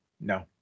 No